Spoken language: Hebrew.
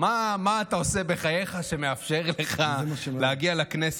מה אתה עושה בחייך שמאפשר לך להגיע לכנסת,